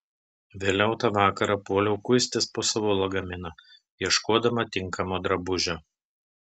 vėliau tą vakarą puoliau kuistis po savo lagaminą ieškodama tinkamo drabužio